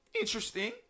Interesting